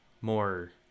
more